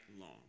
long